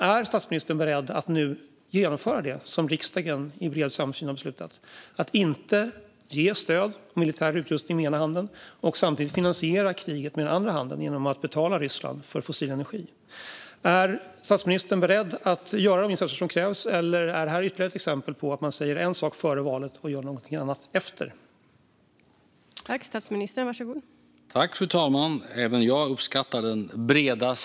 Är statsministern beredd att nu genomföra det som riksdagen i bred samsyn har beslutat - att inte ge stöd och militär utrustning med den ena handen och samtidigt finansiera kriget med den andra handen genom att betala Ryssland för fossil energi? Är statsministern beredd att göra de insatser som krävs, eller är det här ytterligare ett exempel på att man säger en sak före valet och gör någonting annat efter det?